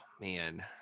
man